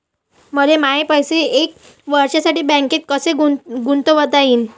मले माये पैसे एक वर्षासाठी बँकेत कसे गुंतवता येईन?